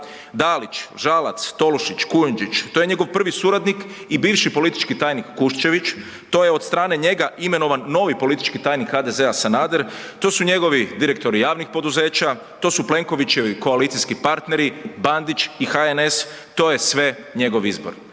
Dalić, Žalac, Tolušić, Kujundžić to je njegov prvi suradnik i bivši politički tajnik Kuščević, to je od strane njega imenovan novi politički tajnik HDZ-a Sanader, to su njegovi direktori javnih poduzeća, to su Plenkovićevi koalicijski partneri, Bandić i HNS to je sve njegov izbor,